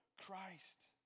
Christ